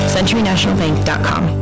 CenturyNationalBank.com